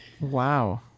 Wow